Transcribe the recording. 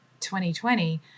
2020